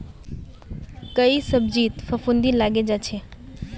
कई सब्जित फफूंदी लगे जा छे